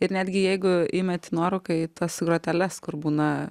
ir netgi jeigu įmeti nuorūką į tas groteles kur būna